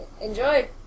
Enjoy